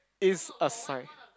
it's a sign